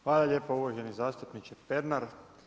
Hvala lijepo uvaženi zastupniče Pernar.